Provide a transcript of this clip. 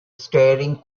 staring